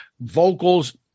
vocals